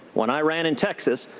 when i ran in texas,